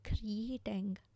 creating